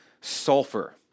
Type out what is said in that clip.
sulfur